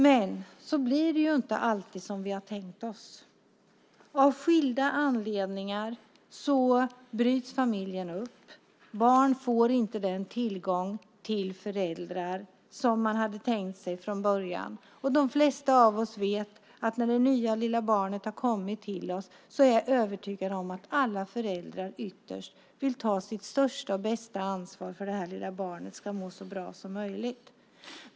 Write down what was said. Det blir inte alltid så som vi har tänkt oss. Av skilda anledningar bryts familjen upp, och barn får inte den tillgång till föräldrar som man hade tänkt sig från början. Vi vet att när det nya lilla barnet har kommit till vill alla föräldrar ytterst ta det största och bästa ansvar för att det lilla barnet ska må så bra som möjligt.